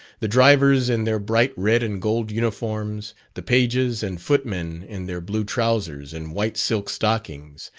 the drivers in their bright red and gold uniforms, the pages and footmen in their blue trousers and white silk stockings,